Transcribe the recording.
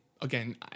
Again